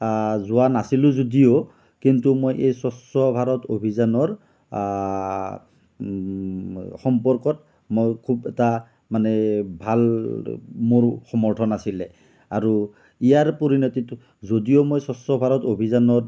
যোৱা নাছিলোঁ যদিও কিন্তু মই এই স্বচ্ছ ভাৰত অভিযানৰ সম্পৰ্কত মই খুব এটা মানে ভাল মোৰ সমৰ্থন আছিলে আৰু ইয়াৰ পৰিণতিত যদিও মই স্বচ্ছ ভাৰত অভিযানত